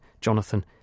Jonathan